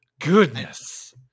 goodness